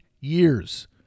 years